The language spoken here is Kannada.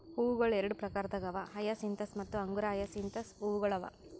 ಹೂವುಗೊಳ್ ಎರಡು ಪ್ರಕಾರದಾಗ್ ಅವಾ ಹಯಸಿಂತಸ್ ಮತ್ತ ಅಂಗುರ ಹಯಸಿಂತ್ ಹೂವುಗೊಳ್ ಅವಾ